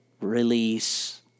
release